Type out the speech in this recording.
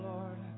Lord